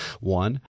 one